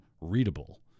readable